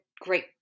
great